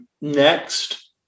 Next